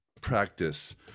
practice